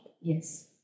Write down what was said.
Yes